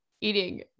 eating